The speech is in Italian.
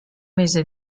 mese